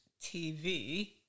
TV